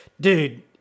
Dude